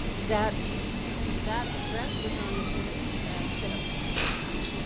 that that dress was on exhibit at fit'em downtown.